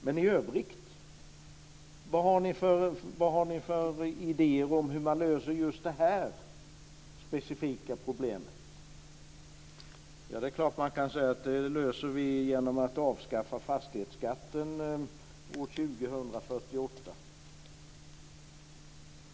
Men vad har ni övriga för idéer om hur man löser just detta specifika problem? Det är klart att man kan säga att vi löser det genom att avskaffa fastighetsskatten år 2048.